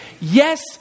Yes